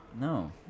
No